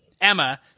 Emma